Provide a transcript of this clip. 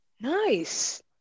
Nice